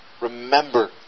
Remember